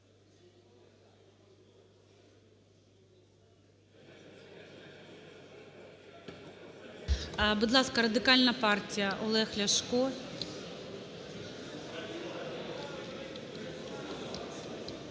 Будь ласка, Радикальна партія, Олег Ляшко.